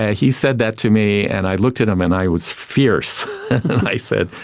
ah he said that to me and i looked at him and i was fierce and i said,